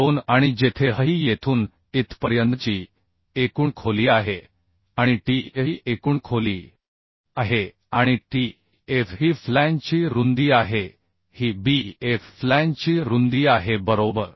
2 आणि जेथे h ही येथून इथपर्यंतची एकूण खोली आहे आणि T f ही एकूण खोली आहे आणि T f ही फ्लॅंजची रुंदी आहे ही B f फ्लॅंजची रुंदी आहे बरोबर